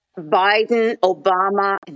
Biden-Obama